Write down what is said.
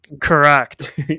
correct